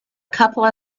couple